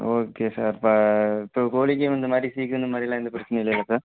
okay sir அப்போ இப்போ கோழிக்கு இந்த மாதிரி சீக்கு இந்த மாதிரிலாம் எந்த பிரச்சனையும் இல்லையில சார்